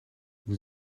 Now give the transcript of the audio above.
vous